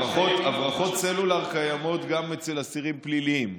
הברחות סלולר קיימות גם אצל אסירים פליליים,